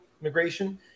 immigration